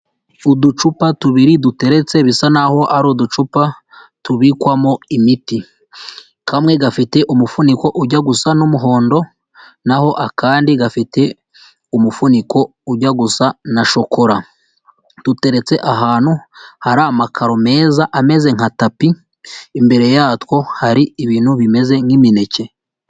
Uducupa tubiri duteretse bisa n'aho ari uducupa tubikwamo imiti, kamwe gafite umufuniko ujya gusa n'umuhondo, naho akandi gafite umufuniko ujya gusa na shokora, duteretse ahantu hari amakaro meza ameze nka tapi, imbere yatwo hari ibintu bimeze nk'imineke.